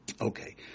Okay